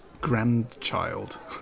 grandchild